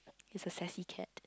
it's a sassy cat